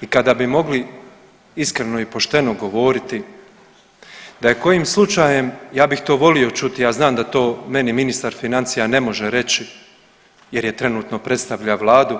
I kada bi mogli iskreno i pošteno govoriti da je kojim slučajem ja bih to volio čuti, ja znam da to meni ministar financija ne može reći jer trenutno predstavlja vladu,